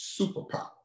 superpower